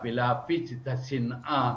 ולהפיץ את השנאה